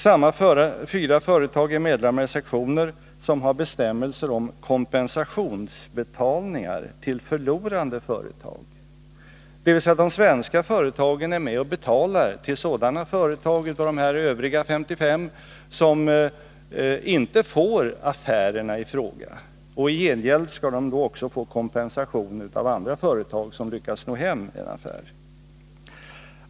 Samma fyra företag är medlemmar i sektioner som har bestämmelser om kompensationsbetalningar till förlorande företag, dvs. de svenska företagen är med och betalar till sådana företag av de övriga 55 som inte får affärerna i fråga. I gengäld skall de också få kompensation av andra företag som lyckas sno hem en affär.